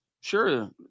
Sure